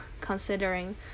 considering